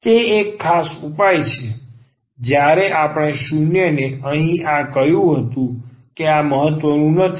તે એક ખાસ ઉપાય છે જ્યારે આપણે 0 ને અહીં આ કહ્યું હતું તે આ મહત્વપૂર્ણ નથી